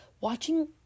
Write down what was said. watching